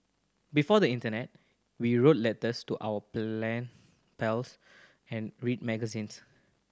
before the internet we wrote letters to our plan pals and read magazines